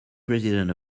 president